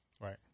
Right